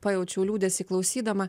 pajaučiau liūdesį klausydama